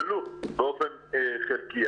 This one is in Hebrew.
ולוא באופן חלקי.